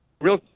Real